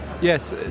Yes